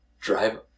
drive